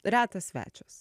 retas svečias